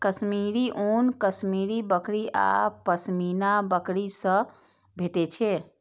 कश्मीरी ऊन कश्मीरी बकरी आ पश्मीना बकरी सं भेटै छै